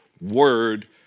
word